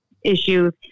issues